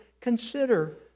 consider